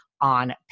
on